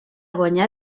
guanyar